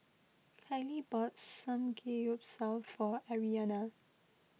Kailee bought Samgeyopsal for Aryanna